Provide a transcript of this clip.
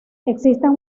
existen